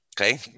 okay